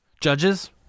judges